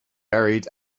buried